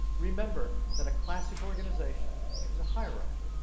remember that a classic organization is a hierarchy.